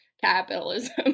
capitalism